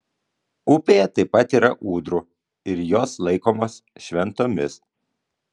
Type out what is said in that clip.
upėje taip pat yra ūdrų ir jos laikomos šventomis